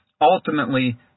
ultimately